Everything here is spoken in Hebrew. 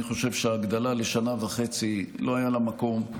אני חושב שההגדלה לשנה וחצי, לא היה לה מקום.